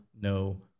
no